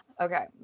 Okay